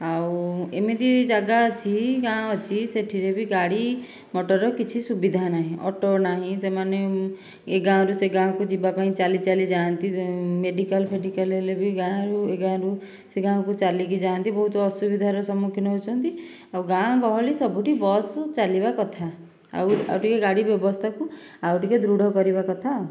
ଆଉ ଏମିତି ଯାଗା ଅଛି ଗାଁ ଅଛି ସେଠିରେ ବି ଗାଡ଼ି ମଟର କିଛି ସୁବିଧା ନାହିଁ ଅଟୋ ନାହିଁ ସେମାନେ ଏ ଗାଁ ରୁ ସେ ଗାଁ କୁ ଯିବାପାଇଁ ଚାଲିଚାଲି ଯାଆନ୍ତି ମେଡ଼ିକାଲ ଫେଡିକାଲ ହେଲେ ବି ଗାଁ ରୁ ଏ ଗାଁ ରୁ ସେ ଗାଁ କୁ ଯାଆନ୍ତି ବହୁତ ଅସୁବିଧାର ସମ୍ମୁଖୀନ ହେଉଛନ୍ତି ଆଉ ଗାଁ ଗହଳି ସବୁଠି ବସ ଚାଲିବା କଥା ଆଉ ଆଉ ଟିକେ ଗାଡ଼ି ବ୍ୟବସ୍ଥାକୁ ଆଉ ଟିକେ ଦୃଢ଼ କରିବା କଥା ଆଉ